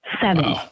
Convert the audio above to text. Seven